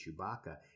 chewbacca